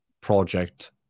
project